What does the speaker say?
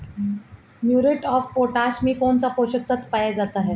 Muriate of potash में कौन सा पोषक तत्व पाया जाता है?